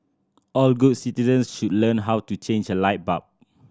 all good citizens should learn how to change a light bulb